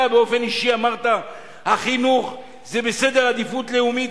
אתה באופן אישי אמרת שהחינוך ראשון בסדר העדיפויות הלאומי.